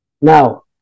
Now